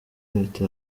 leta